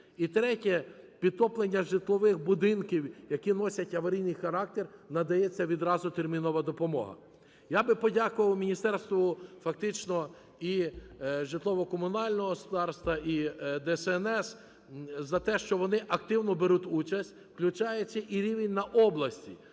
І третє. Підтоплення житлових будинків, які носять аварійний характер, надається відразу термінова допомога. Я би подякував Міністерству фактично і житлово-комунального господарства, і ДСНС за те, що вони активно беруть участь, включаючи і рівень на області.